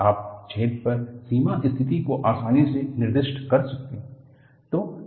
आप छेद पर सीमा स्थिति को आसानी से निर्दिष्ट कर सकते हैं